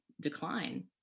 decline